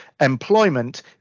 employment